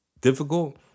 difficult